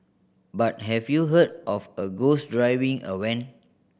but have you heard of a ghost driving a van